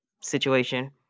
situation